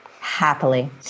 Happily